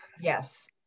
yes